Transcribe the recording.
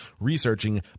researching